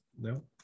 No